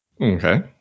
Okay